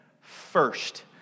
first